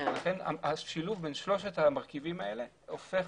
השילוב בין שלושת המרכיבים האלה הופך,